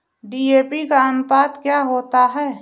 DAP का अनुपात क्या होता है?